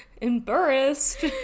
embarrassed